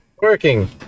Working